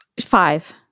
Five